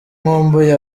nkumbuye